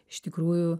iš tikrųjų